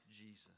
Jesus